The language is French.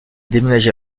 déménagé